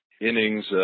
innings